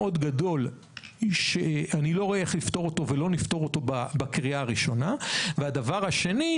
כי היא מסירה את אותה אי ודאות של "כן מסכים",